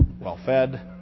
well-fed